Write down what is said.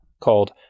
called